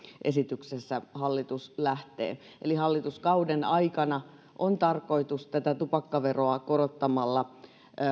esityksessä hallitus lähtee eli hallituskauden aikana on tarkoitus tätä tupakkaveroa korottamalla